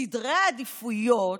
סדרי העדיפויות,